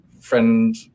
friend